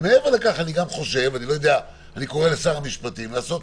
מעבר לכך אני קורא לשר המשפטים לעשות